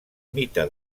mite